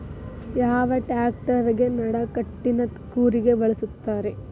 ಯಾವ ಟ್ರ್ಯಾಕ್ಟರಗೆ ನಡಕಟ್ಟಿನ ಕೂರಿಗೆ ಬಳಸುತ್ತಾರೆ?